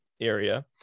area